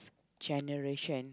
generation